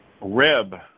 Rib